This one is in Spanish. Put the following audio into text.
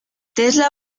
tesla